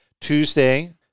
Tuesday